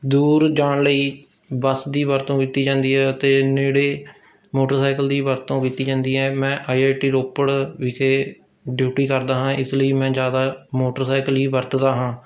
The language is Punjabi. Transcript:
ਦੂਰ ਜਾਣ ਲਈ ਬੱਸ ਦੀ ਵਰਤੋਂ ਕੀਤੀ ਜਾਂਦੀ ਹੈ ਅਤੇ ਨੇੜੇ ਮੋਟਰਸਾਈਕਲ ਦੀ ਵਰਤੋਂ ਕੀਤੀ ਜਾਂਦੀ ਹੈ ਮੈਂ ਆਈ ਆਈ ਟੀ ਰੋਪੜ ਵਿਖੇ ਡਿਊਟੀ ਕਰਦਾ ਹਾਂ ਇਸ ਲਈ ਮੈਂ ਜ਼ਿਆਦਾ ਮੋਟਰਸਾਈਕਲ ਹੀ ਵਰਤਦਾ ਹਾਂ